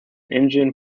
engine